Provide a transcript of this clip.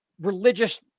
religious